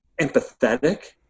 empathetic